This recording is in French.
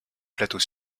plateau